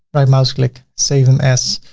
right mouse, click save them as.